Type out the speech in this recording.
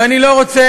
ואני לא רוצה,